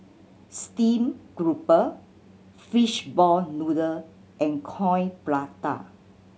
steamed grouper fishball noodle and Coin Prata